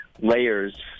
Layers